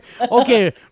okay